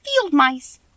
field-mice